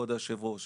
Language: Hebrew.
כבוד היושב-ראש.